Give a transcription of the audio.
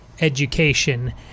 education